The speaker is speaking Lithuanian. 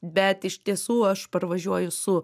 bet iš tiesų aš parvažiuoju su